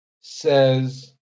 says